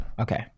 Okay